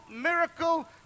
miracle